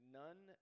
none